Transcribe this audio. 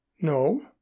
No